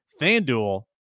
FanDuel